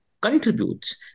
contributes